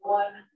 one